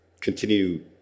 continue